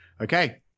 Okay